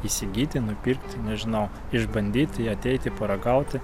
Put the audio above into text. įsigyti nupirkti nežinau išbandyti ateiti paragauti